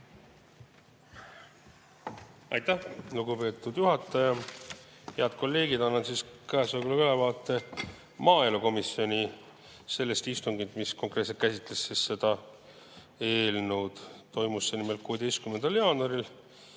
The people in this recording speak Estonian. Aitäh, lugupeetud juhataja! Head kolleegid! Annan käesolevaga ülevaate maaelukomisjoni sellest istungist, mis konkreetselt käsitles seda eelnõu. Toimus see nimelt 16. jaanuaril